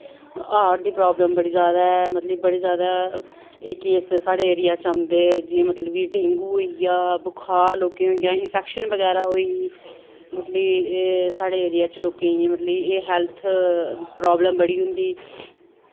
heart दी problem बड़ी जादै मतलव कि बड़ी जादै एह् केस साढ़े एरिया च औंदे जियां मतलव कि डेंगू होईया बुखार लोकें इंफैक्शन बगैरा होई मतलव कि साढ़े एरिया च लोकें गी मतलव कि हैल्थ प्रॉवलम बड़ी होंदी